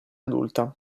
adulta